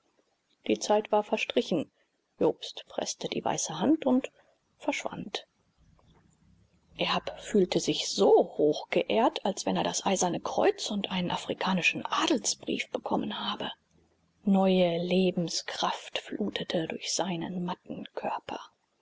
die zeit war verstrichen jobst preßte die weiße hand und verschwand erb fühlte sich so hochgeehrt als wenn er das eiserne kreuz und einen afrikanischen adelsbrief bekommen habe neue lebenskraft flutete durch seinen matten körper